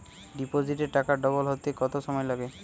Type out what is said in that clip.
ডিপোজিটে টাকা ডবল হতে কত সময় লাগে?